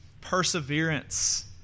perseverance